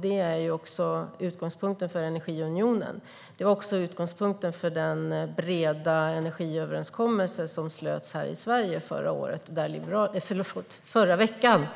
Det var ju också utgångspunkten för energiunionen och för den breda energiöverenskommelse som slöts här i Sverige förra veckan